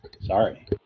Sorry